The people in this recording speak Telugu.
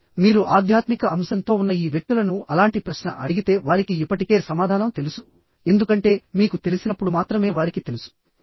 ఆపై మీరు ఆధ్యాత్మిక అంశంతో ఉన్న ఈ వ్యక్తులను అలాంటి ప్రశ్న అడిగితే వారికి ఇప్పటికే సమాధానం తెలుసు ఎందుకంటే మీకు తెలిసినప్పుడు మాత్రమే వారికి తెలుసు